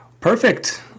Perfect